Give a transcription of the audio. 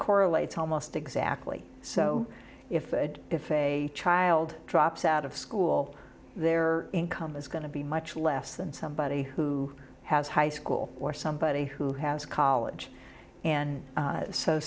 correlates almost exactly so if if a child drops out of school their income is going to be much less than somebody who has high school or somebody who has a college and